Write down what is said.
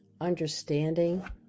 understanding